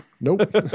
Nope